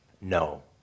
No